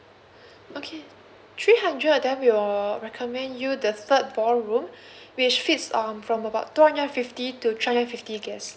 okay three hundred then we will recommend you the third ballroom which fits um from about two hundred and fifty to three hundred and fifty guests